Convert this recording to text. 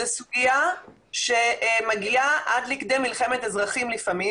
זו סוגיה שמגיעה עד לכדי מלחמת אזרחים לפעמים